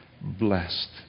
blessed